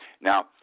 Now